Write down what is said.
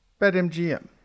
BetMGM